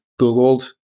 Googled